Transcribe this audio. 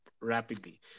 rapidly